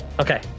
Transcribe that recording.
Okay